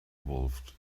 evolved